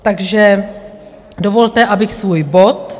Takže dovolte, abych svůj bod